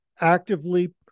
actively